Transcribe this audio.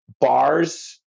bars